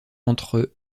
entre